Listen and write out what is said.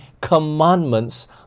commandments